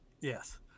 Yes